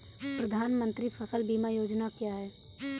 प्रधानमंत्री फसल बीमा योजना क्या है?